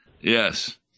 yes